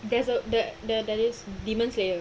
there's a the the there is demons slayer